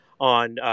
on